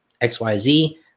XYZ